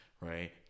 right